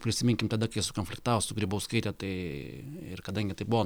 prisiminkim tada kai sukonfliktavo su grybauskaite tai ir kadangi tai buvo